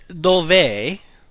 dove